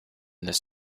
this